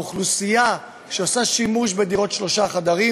האוכלוסייה שעושה שימוש בדירות שלושה חדרים